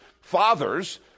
fathers